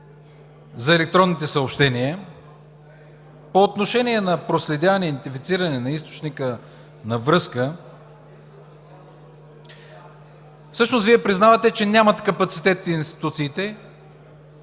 за електронните съобщения по отношение на проследяване и идентифициране на източника на връзка всъщност Вие признавате, че институциите